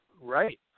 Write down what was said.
right